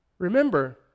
Remember